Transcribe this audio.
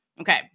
Okay